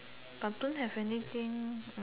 I don't have anything